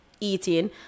eating